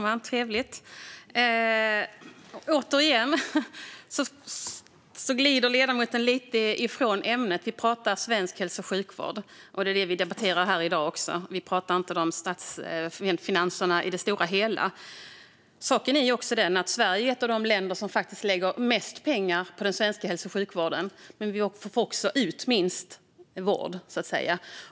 Fru talman! Återigen glider ledamoten lite ifrån ämnet. Vi pratar om svensk hälso och sjukvård. Det är detta vi debatterar här i dag; vi pratar inte om statsfinanserna i det stora hela. Saken är att Sverige är ett av de länder som lägger mest pengar på hälso och sjukvård, men Sverige får ut minst vård för pengarna.